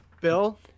Bill